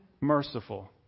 merciful